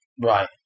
Right